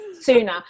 sooner